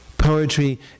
Poetry